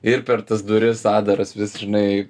ir per tas duris atdaras vis žinai